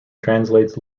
translates